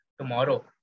tomorrow